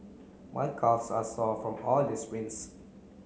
my calves are sore from all the sprints